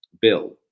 bill